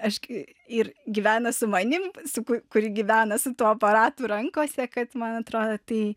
aš kai ir gyvena su manim su kuri gyvena su tuo aparatu rankose kad man atrodo tai